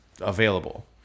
available